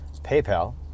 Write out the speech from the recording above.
PayPal